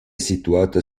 situata